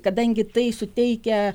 kadangi tai suteikia